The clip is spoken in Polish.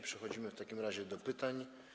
Przechodzimy w takim razie do pytań.